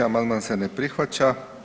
Amandman se ne prihvaća.